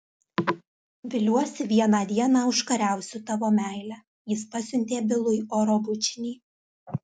viliuosi vieną dieną užkariausiu tavo meilę jis pasiuntė bilui oro bučinį